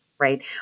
Right